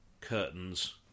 curtains